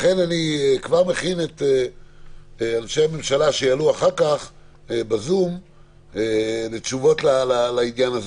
לכן אני כבר מכין את אנשי הממשלה שיעלו אחר כך בזום לתשובות בעניין הזה.